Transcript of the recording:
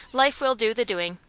life will do the doing.